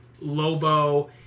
Lobo